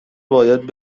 باید